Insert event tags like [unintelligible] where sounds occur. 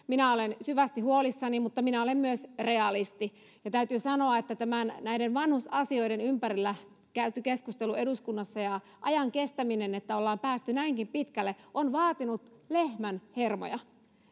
[unintelligible] minä olen syvästi huolissani mutta minä olen myös realisti ja täytyy sanoa että tämä näiden vanhusasioiden ympärillä käyty keskustelu eduskunnassa ja ajan kestäminen että ollaan päästy näinkin pitkälle on vaatinut lehmän hermoja